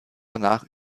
danach